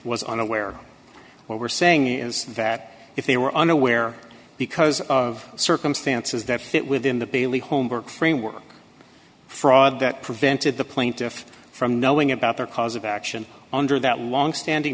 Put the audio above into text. was unaware what we're saying is that if they were unaware because of circumstances that fit within the paley homework framework fraud that prevented the plaintiff from knowing about the cause of action under that longstanding